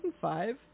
five